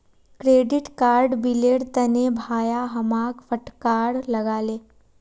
credit card बिलेर तने भाया हमाक फटकार लगा ले